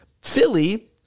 Philly